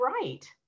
right